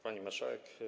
Pani Marszałek!